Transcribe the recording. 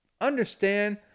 understand